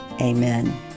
amen